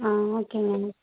ah okay ma'am